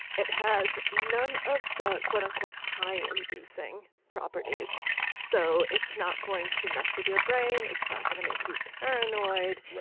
it has none of the quote unquote high inducing properties so it's not going to mess with your brain. it's not going to make you paranoid